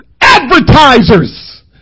advertisers